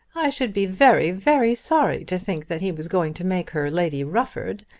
i should be very very sorry to think that he was going to make her lady rufford.